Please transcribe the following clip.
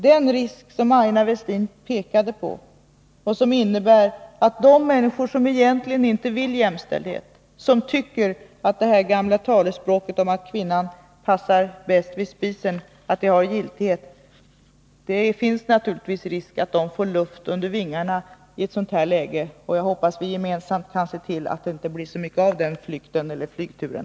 Den risk som Aina Westin pekade på finns naturligtvis, nämligen att de människor som egentligen inte vill ha jämställdhet och som tycker att det gamla talesättet om att kvinnan passar bäst vid spisen har giltighet får lyft under vingarna i ett sådant här läge. Jag hoppas att vi gemensamt kan se till att det inte blir så mycket av flykt över den flygturen.